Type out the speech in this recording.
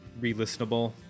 re-listenable